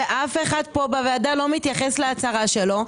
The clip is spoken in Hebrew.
ואף אחד פה בוועדה לא מתייחס להצהרה שלו,